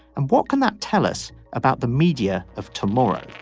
and what can that tell us about the media of tomorrow